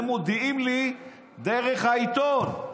הם מודיעים לי דרך העיתון,